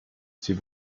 sie